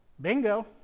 Bingo